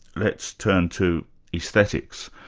let's turn to aesthetics.